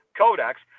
codex